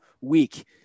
week